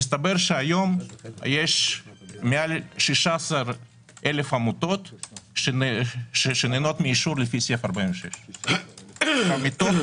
מסתבר שהיום יש מעל 16,000 עמותות שנהנות מאישור לפי סעיף 46. מתוכן